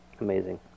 Amazing